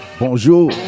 bonjour